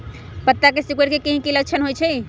पत्ता के सिकुड़े के की लक्षण होइ छइ?